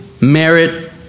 merit